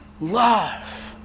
love